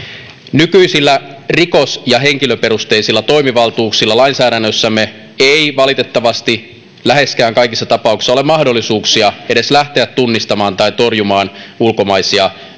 nykyisillä rikos ja henkilöperusteisilla toimivaltuuksilla lainsäädännössämme ei valitettavasti läheskään kaikissa tapauksissa ole mahdollisuuksia lähteä tunnistamaan tai torjumaan ulkomaisia